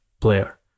player